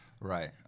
Right